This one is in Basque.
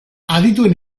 adituen